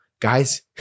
Guys